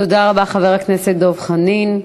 תודה רבה, חבר הכנסת דב חנין.